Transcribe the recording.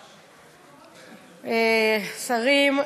שרים,